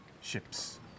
ships